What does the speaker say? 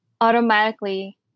automatically